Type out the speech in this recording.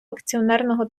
акціонерного